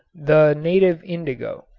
the native indigo.